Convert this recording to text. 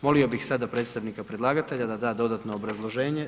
Molimo bih sada predstavnika predlagatelja da da dodatno obrazloženje.